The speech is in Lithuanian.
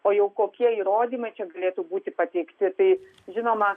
o jau kokie įrodymai čia galėtų būti pateikti tai žinoma